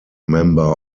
member